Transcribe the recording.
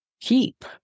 keep